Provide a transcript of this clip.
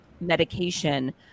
medication